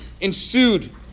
ensued